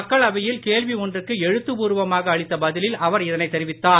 மக்களவையில்கேள்விஒன்றுக்குஎழுத்துபூர் வமாகஅளித்தபதிலில்அவர்இதனைதெரிவித்தார்